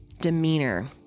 demeanor